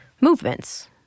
movements